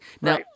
Now